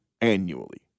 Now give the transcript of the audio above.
annually